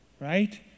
Right